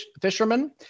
fishermen